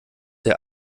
der